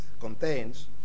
contains